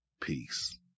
peace